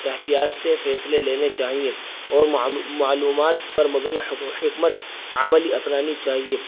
احتیاط سے فیصلے لینے چاہئیں اور معلومات پر مبنی حکمت عملی اپنانی چاہیے